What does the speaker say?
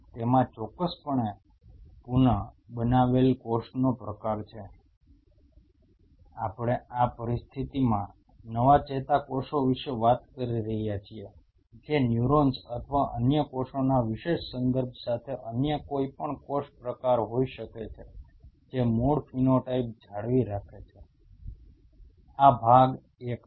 તેમાં ચોક્કસપણે પુન બનાવેલ કોષનો પ્રકાર છે આપણે આ પરિસ્થિતિમાં નવા ચેતાકોષો વિશે વાત કરી રહ્યા છીએ જે ન્યુરોન્સ અથવા અન્ય કોષોના વિશેષ સંદર્ભ સાથે અન્ય કોઈ પણ કોષ પ્રકાર હોઈ શકે છે જે મૂળ ફિનોટાઇપ જાળવી રાખે છે આ ભાગ એક છે